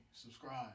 Subscribe